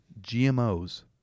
GMOs